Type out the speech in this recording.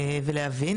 ולהבין.